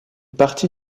partie